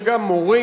זה גם מורים,